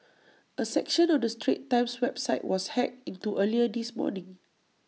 A section of the straits times website was hacked into earlier this morning